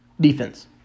defense